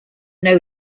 know